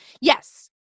Yes